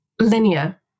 linear